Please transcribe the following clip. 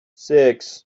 six